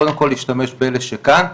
קודם כל להשתמש באלה שכאן,